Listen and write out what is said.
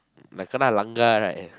like kena langgar right